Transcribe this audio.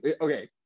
okay